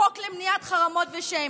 חוק למניעת חרמות ושיימינג,